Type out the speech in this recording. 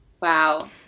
Wow